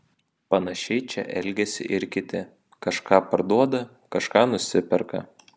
panašiai čia elgiasi ir kiti kažką parduoda kažką nusiperka